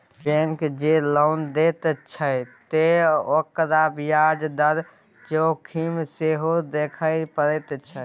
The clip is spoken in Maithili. बैंक जँ लोन दैत छै त ओकरा ब्याज दर जोखिम सेहो देखय पड़ैत छै